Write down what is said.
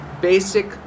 basic